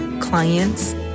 clients